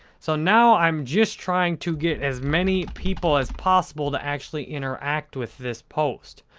so, now, i'm just trying to get as many people as possible to actually interact with this post.